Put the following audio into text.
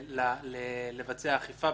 התשע"ט,